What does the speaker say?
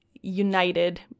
united